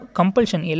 compulsion